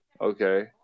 okay